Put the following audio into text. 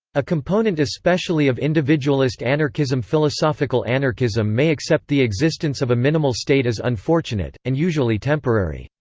a component especially of individualist anarchism philosophical anarchism may accept the existence of a minimal state as unfortunate, and usually temporary,